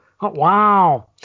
wow